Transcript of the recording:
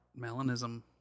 Melanism